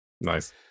Nice